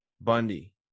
Bundy